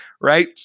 right